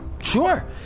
Sure